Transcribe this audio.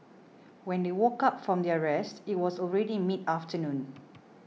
when they woke up from their rest it was already mid afternoon